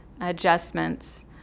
adjustments